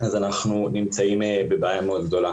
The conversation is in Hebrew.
אנחנו נמצאים בבעיה מאוד גדולה.